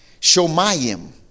Shomayim